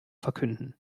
verkünden